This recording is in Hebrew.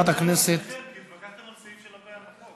כי התווכחתם על סעיף שלא קיים בחוק.